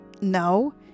No